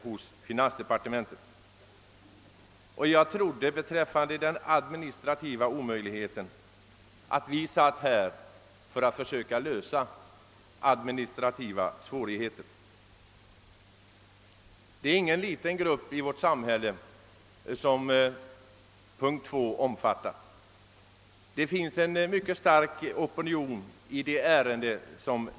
Vad beträffar talet om att en sådan här åtgärd skulle vara administrativt omöjlig att genomföra trodde jag att vi satt här för att försöka lösa administrativa svårigheter. Det är ingen liten grupp i vårt samhälle som yrkandet under punkten 2 gäller. Det finns en mycket stark opinion i denna fråga.